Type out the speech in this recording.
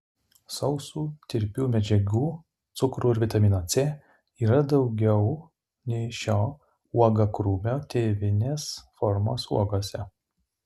sausų tirpių medžiagų cukrų ir vitamino c yra daugiau nei šio uogakrūmio tėvinės formos uogose